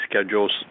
schedules